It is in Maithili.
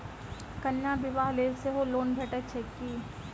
कन्याक बियाह लेल सेहो लोन भेटैत छैक की?